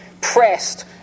pressed